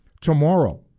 Tomorrow